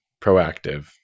proactive